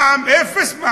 מע"מ אפס,